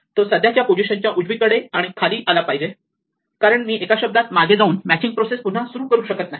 तो सध्याच्या पोझिशनच्या उजवीकडे आणि खाली आला पाहिजे कारण मी एका शब्दात मागे जाऊन मॅचींग प्रोसेस पुन्हा सुरू करू शकत नाही